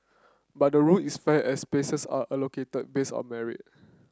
but the rule is fair as spaces are allocated based on merit